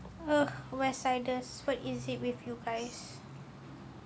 uh west siders what is it with you guys